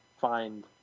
find